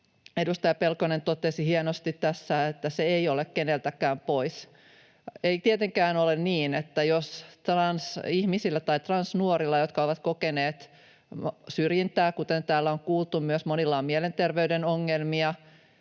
Edustaja Pelkonen totesi hienosti tässä, että se ei ole keneltäkään pois. Vaikka monilla transihmisillä tai transnuorilla, jotka ovat kokeneet syrjintää, kuten täällä on kuultu, myös on mielenterveyden ongelmia,